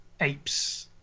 apes